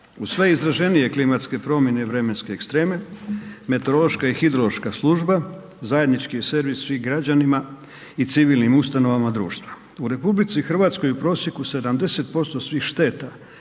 Uz sve izraženije klimatske promjene i vremenske ekstreme, meteorološka i hidrološka služba zajednički je servis svim građanima i civilnim ustanovama društva. U RH u prosjeku 70% svih šteta